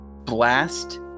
blast